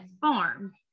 farm